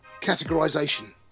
categorization